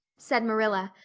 said marilla,